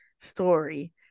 story